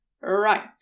Right